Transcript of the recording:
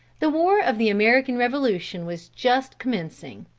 the war of the american revolution was just commencing.